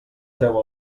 treu